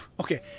okay